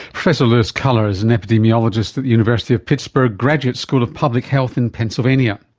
professor lewis kuller is an epidemiologist at the university of pittsburgh graduate school of public health in pennsylvania.